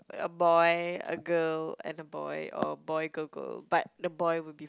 a boy a girl and a boy or boy girl girl but the boy will be